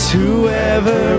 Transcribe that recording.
Whoever